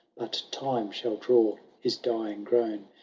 but time shall draw his dying groan.